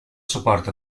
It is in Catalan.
suport